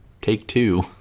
Take-Two